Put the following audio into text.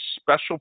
special